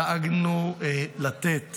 דאגנו בהחלט לתת